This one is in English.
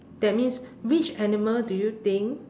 that means which animal do you think